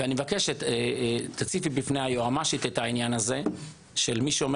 אני מבקש שתציגי בפני היועמ"שית גם את העניין של מי שומר